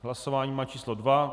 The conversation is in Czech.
Hlasování má číslo 2.